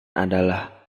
adalah